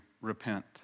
repent